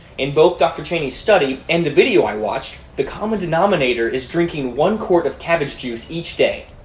in both dr. cheney's study and the video i watched the common denominator is drinking one quart of cabbage juice each day.